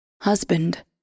Husband